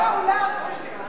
כמה קולות זה ייתן לי?